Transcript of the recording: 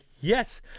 yes